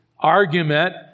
Argument